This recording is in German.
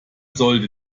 sollte